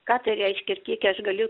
ką tai reiškia ir kiek aš galiu